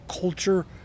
culture